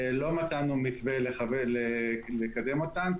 לא מצאנו מתווה לקדם אותן,